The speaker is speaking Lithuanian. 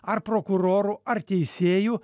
ar prokuroru ar teisėju